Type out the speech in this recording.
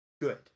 good